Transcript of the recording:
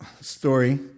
story